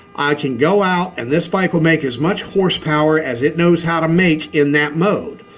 i can go out and this bike will make as much horsepower as it knows how to make in that mode.